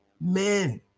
Men